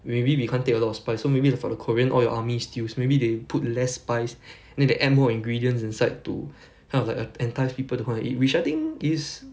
maybe we can't take a lot of spice so maybe like for the korean all your army stews maybe they put less spice and then they add more ingredients inside to kind of like a~ entice people to come and eat which I think is